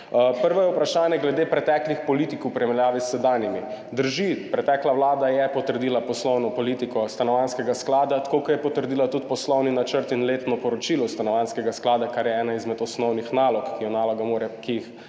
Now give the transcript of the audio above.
Prvo je vprašanje glede preteklih politik v primerjavi s sedanjimi. Drži, pretekla vlada je potrdila poslovno politiko Stanovanjskega sklada, tako, kot je potrdila tudi poslovni načrt in letno poročilo Stanovanjskega sklada, kar je ena izmed osnovnih nalog, ki jih mora Vlada